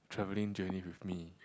travelling journey with me